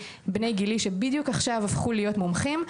בני גילי שבדיוק עכשיו הפכו להיות מומחים,